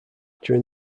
during